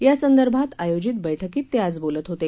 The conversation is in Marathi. यासंदर्भात आयोजित बैठकीत ते आज बोलत होते